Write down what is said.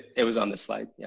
it was on this slide, yeah